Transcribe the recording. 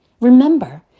Remember